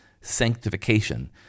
sanctification